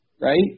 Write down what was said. right